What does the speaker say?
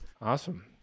Awesome